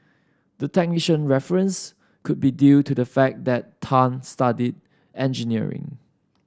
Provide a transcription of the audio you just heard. the technician reference could be due to the fact that Tan studied engineering